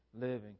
living